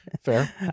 Fair